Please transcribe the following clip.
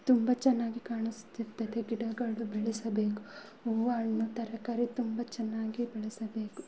ತುಂಬ ಚೆನ್ನಾಗಿ ಕಾಣಿಸ್ತಿರ್ತದೆ ಗಿಡಗಳು ಬೆಳೆಸಬೇಕು ಹೂವು ಹಣ್ಣು ತರಕಾರಿ ತುಂಬ ಚೆನ್ನಾಗಿ ಬೆಳೆಸಬೇಕು